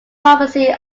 publicly